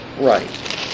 right